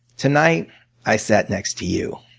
tonight i sat next to you.